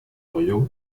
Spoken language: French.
rio